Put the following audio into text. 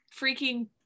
freaking